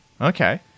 Okay